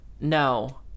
no